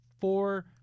four